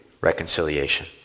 reconciliation